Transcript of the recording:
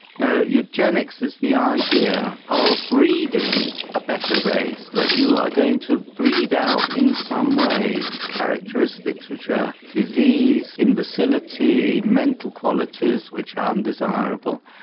no, eugenics is the idea of breeding a better race, that you are going to breed out in some way characteristics which are disease, imbecility, mental qualities which are undesirable,